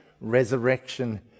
resurrection